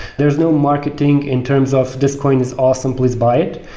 there is no marketing in terms of this coin is all simple as buy it.